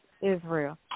Israel